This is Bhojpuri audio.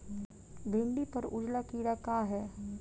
भिंडी पर उजला कीड़ा का है?